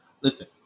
Listen